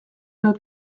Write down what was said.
võib